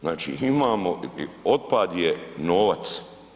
Znači imamo otpad je novac.